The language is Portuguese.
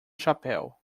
chapéu